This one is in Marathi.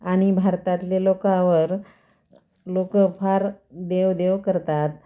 आणि भारतातले लोकावर लोकं फार देवदेव करतात